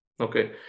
Okay